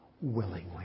willingly